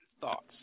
thoughts